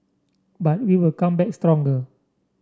but we will come back stronger